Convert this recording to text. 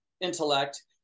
intellect